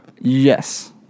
yes